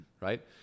Right